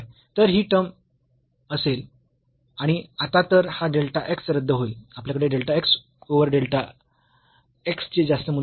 तर ही ती टर्म असेल आणि आता तर हा डेल्टा x रद्द होईल आपल्याकडे delta x over delta x चे जास्त मूल्य आहे